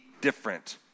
different